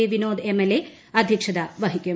ട് Vinod MLA അധ്യക്ഷത വഹിക്കും